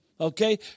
Okay